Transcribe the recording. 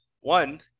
one